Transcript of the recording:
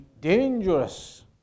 dangerous